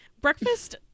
Breakfast